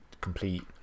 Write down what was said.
complete